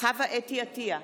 חוה (אתי) עטייה,